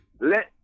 let